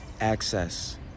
access